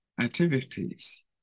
activities